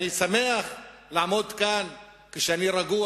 אני שמח לעמוד כאן כשאני רגוע.